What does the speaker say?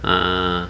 uh